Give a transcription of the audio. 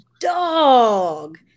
dog